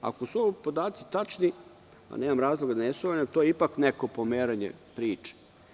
Ako su ovi podaci tačni, nemam razloga da ne sumnjam, to je ipak neko pomeranje priče.